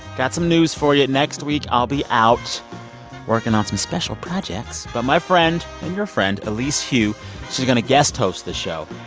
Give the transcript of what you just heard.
got some news for you. next week, i'll be out working on some special projects. but my friend, and your friend, elise hu she's going to guest host the show.